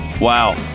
Wow